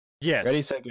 Yes